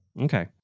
Okay